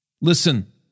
Listen